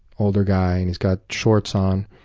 older guy and he's got shorts on.